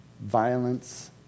violence